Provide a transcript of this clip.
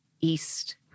east